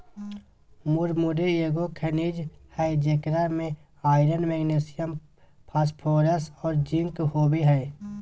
मुरमुरे एगो खनिज हइ जेकरा में आयरन, मैग्नीशियम, फास्फोरस और जिंक होबो हइ